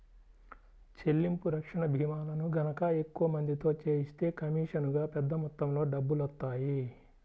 చెల్లింపు రక్షణ భీమాలను గనక ఎక్కువ మందితో చేయిస్తే కమీషనుగా పెద్ద మొత్తంలో డబ్బులొత్తాయి